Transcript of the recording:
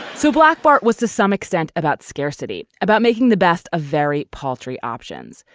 so black bart was to some extent about scarcity about making the best a very paltry options.